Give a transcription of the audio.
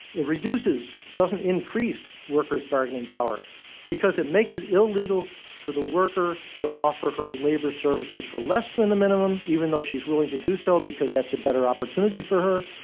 it reduces it doesn't increase workers' bargaining power because it makes it illegal for the worker to offer her labor services for less than the minimum even though she's willing to do so because that's a better opportunity for her.